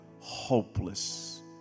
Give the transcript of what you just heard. hopeless